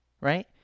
Right